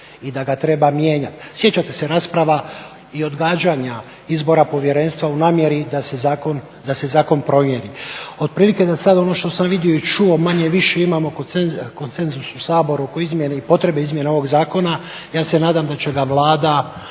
i da ga treba mijenjati. Sjećate se rasprava i odgađanja izbora Povjerenstva u namjeri da se zakon promjeni. Otprilike da sad ono što sam vidio i čuo, manje-više imamo konsenzus u Saboru oko izmjene i potrebe izmjene ovog zakona, ja se nadam da će ga Vlada